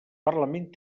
parlament